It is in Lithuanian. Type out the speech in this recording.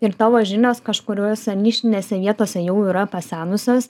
ir tavo žinios kažkuriose nišinėse vietose jau yra pasenusios